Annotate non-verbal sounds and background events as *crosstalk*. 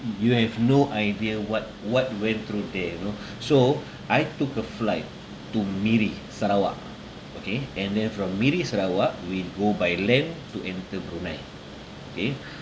you have no idea what what went through there you know *breath* so I took a flight to miri sarawak okay and then from miri sarawak we go by land to enter brunei okay